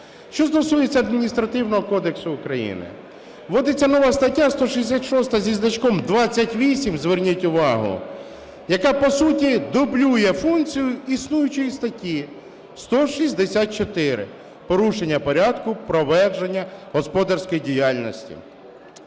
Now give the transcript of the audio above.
Що стосується Адміністративного кодексу України, вводиться нова стаття 166-28, зверніть увагу, яка, по суті, дублює функцію існуючої статті 164 "Порушення порядку провадження господарської діяльності".